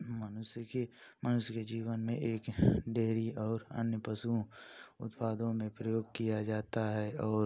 मनुष्य की मनुष्य के जीवन में एक डेयरी और अन्य पशु उत्पादों में प्रयोग किया जाता है और